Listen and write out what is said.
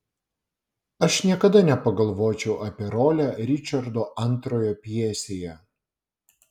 aš niekada nepagalvočiau apie rolę ričardo ii pjesėje